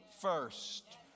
first